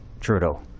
Trudeau